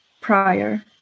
prior